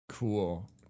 cool